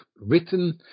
written